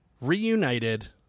Reunited